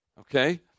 okay